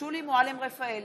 שולי מועלם-רפאלי,